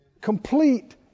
Complete